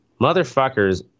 motherfuckers